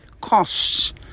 costs